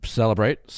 celebrate